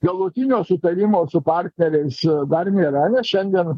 galutinio sutarimo su partneriais dar nėra nes šiandien